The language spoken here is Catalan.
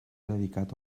dedicat